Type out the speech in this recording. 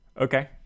okay